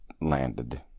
landed